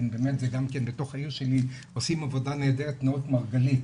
כי באמת גם כן זה בתוך העיר השלי עושים עבודה נהדרת "נאות מרגלית".